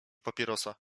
papierosa